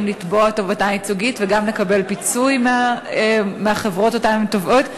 לתבוע תובענה ייצוגית וגם לקבל פיצוי מהחברות שהם תובעים.